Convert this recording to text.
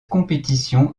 compétition